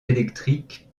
électriques